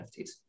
NFTs